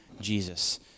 Jesus